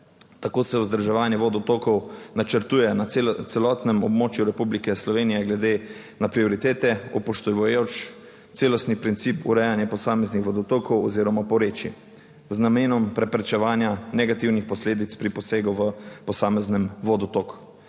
Tako se vzdrževanje vodotokov načrtuje na celotnem območju Republike Slovenije, glede na prioritete, upoštevajoč celostni princip urejanja posameznih vodotokov oziroma porečij z namenom preprečevanja negativnih posledic pri posegu v posamezni vodotok.